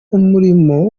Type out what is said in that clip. umurimo